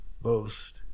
boast